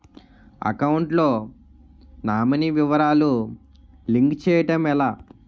Account లో nominee వివరాలు link చేయటం ఎలా?